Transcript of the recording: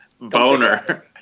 Boner